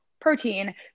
protein